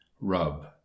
Rub